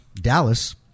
Dallas